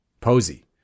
Posey